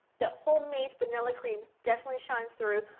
the homemade vanilla cream definitely shines through.